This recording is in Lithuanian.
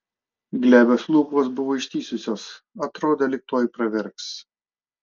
glebios lūpos buvo ištįsusios atrodė lyg tuoj pravirks